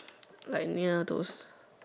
like near those